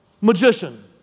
magician